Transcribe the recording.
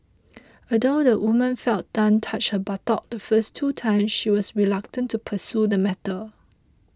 although the woman felt Tan touch her buttock the first two times she was reluctant to pursue the matter